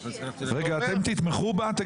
אתם תתמכו בה?